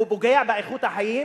הוא פוגע באיכות החיים,